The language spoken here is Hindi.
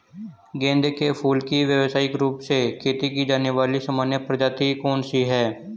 गेंदे के फूल की व्यवसायिक रूप से खेती की जाने वाली सामान्य प्रजातियां कौन सी है?